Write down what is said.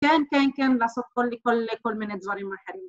‫כן, כן, כן, לעשות ‫כל מיני דברים אחרים.